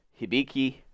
Hibiki—